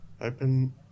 open